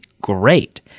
great